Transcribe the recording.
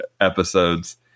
episodes